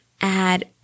add